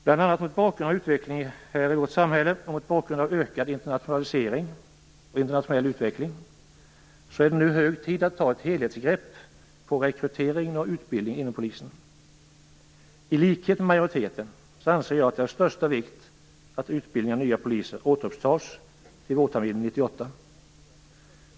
Bl.a. mot bakgrund av samhällsutvecklingen, den ökade internationaliseringen och den internationella utvecklingen, är det nu hög tid att ta ett helhetsgrepp på rekryteringen och utbildningen inom polisen. I likhet med majoriteten anser jag att det är av största vikt att utbildningen av nya poliser återupptas vårterminen 1998.